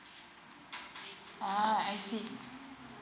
uh I see